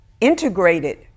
integrated